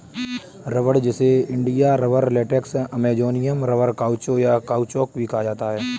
रबड़, जिसे India rubber, latex, Amazonian rubber, caucho, या काउचौक भी कहा जाता है